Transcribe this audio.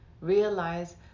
Realize